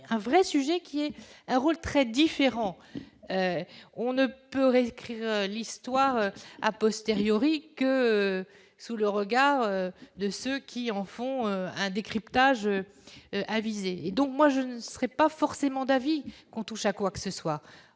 un vrai sujet qui est un rôle très différents, on ne peut réécrire l'histoire, a posteriori que sous le regard de ceux qui en font un décryptage avisé et donc moi je ne serais pas forcément d'avis qu'on touche à quoi que ce soit